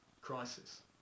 crisis